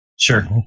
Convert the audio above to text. Sure